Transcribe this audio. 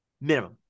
minimum